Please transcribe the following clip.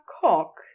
cock